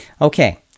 Okay